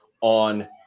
on